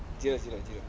zero zero zero